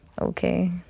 Okay